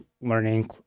learning